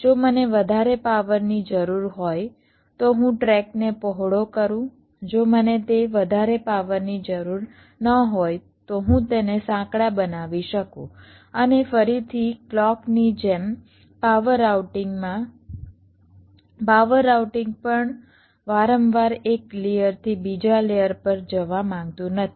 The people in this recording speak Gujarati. જો મને વધારે પાવરની જરૂર હોય તો હું ટ્રેકને પહોળો કરું જો મને તે વધારે પાવરની જરૂર ન હોય તો હું તેને સાંકડા બનાવી શકું અને ફરીથી ક્લૉકની જેમ પાવર રાઉટિંગમાં પાવર રાઉટિંગ પણ વારંવાર એક લેયર થી બીજા લેયર પર જવા માંગતું નથી